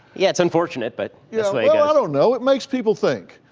yeah, it's unfortunate, but yeah well, yeah i don't know, it makes people think.